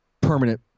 permanent